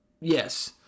Yes